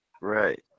Right